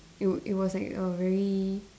it w~ it was like a very